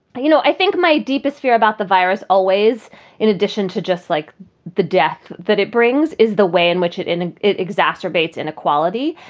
you know, i think my deepest fear about the virus always in addition to just like the death that it brings, is the way in which it and it exacerbates inequality.